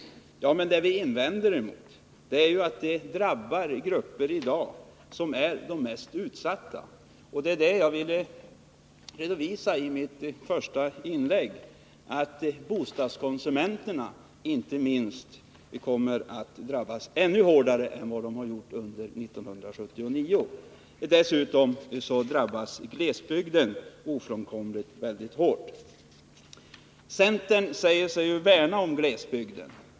Men vad vi har invändningar emot är att dessa höjningar drabbar de mest utsatta grupperna. Det var det jag ville redovisa i mitt första inlägg, där jag bl.a. framhöll att bostadskonsumenterna kommer att drabbas ännu hårdare än under 1979. Dessutom drabbas glesbygden ofrånkomligen väldigt hårt. Centern säger sig värna om glesbygden.